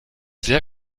sehr